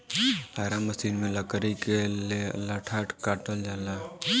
आरा मसिन में लकड़ी के लट्ठा काटल जाला